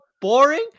boring